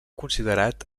considerat